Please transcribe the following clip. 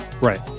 Right